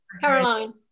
Caroline